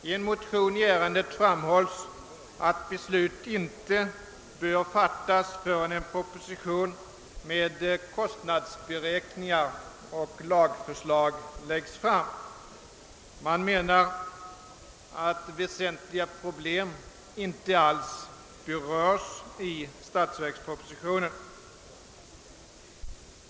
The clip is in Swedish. I en motion i ärendet framhålls att beslut inte bör fattas förrän en proposition med kostnadsberäkningar och lagförslag läggs fram. Man anser att väsentliga problem inte alls berörs i statsverkspropositionen.